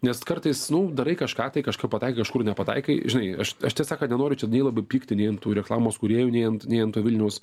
nes kartais nu darai kažką tai kažkur pataikai kažkur nepataikai žinai aš aš tiesą sakant nenoriu čia nei labai pykti nei ant tų reklamos kūrėjų nei ant nei ant to vilniaus